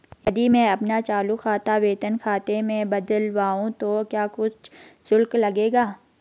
यदि मैं अपना चालू खाता वेतन खाते में बदलवाऊँ तो क्या कुछ शुल्क लगेगा?